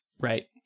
Right